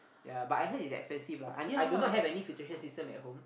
yea but I heard it's expensive lah I I do not have any filtration system at home